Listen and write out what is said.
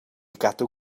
gadw